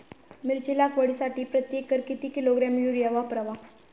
मिरची लागवडीसाठी प्रति एकर किती किलोग्रॅम युरिया वापरावा?